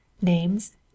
Names